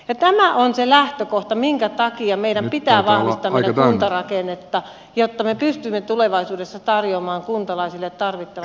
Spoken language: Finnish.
etana on se lähtökohta minkä takia meidän pitää hahmottaminen kuntarakennetta jotta me pystymme tulevaisuudessa tarjoamaan kuntalaisille tarvittavat